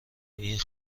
این